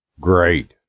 Great